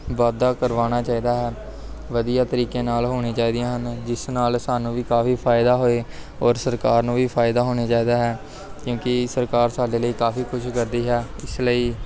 ਵਾਧਾ ਕਰਵਾਉਣਾ ਚਾਹੀਦਾ ਹੈ ਵਧੀਆ ਤਰੀਕੇ ਨਾਲ ਹੋਣੀ ਚਾਹੀਦੀਆ ਹਨ ਜਿਸ ਨਾਲ ਸਾਨੂੰ ਵੀ ਕਾਫ਼ੀ ਫ਼ਾਇਦਾ ਹੋਵੇ ਔਰ ਸਰਕਾਰ ਨੂੰ ਵੀ ਫ਼ਾਇਦਾ ਹੋਣੇ ਚਾਹੀਦਾ ਹੈ ਕਿਉਂਕਿ ਸਰਕਾਰ ਸਾਡੇ ਲਈ ਕਾਫ਼ੀ ਕੁਛ ਕਰਦੀ ਹੈ ਇਸ ਲਈ